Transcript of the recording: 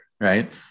right